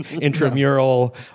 intramural